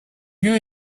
lieu